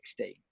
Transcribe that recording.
2016